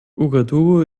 ouagadougou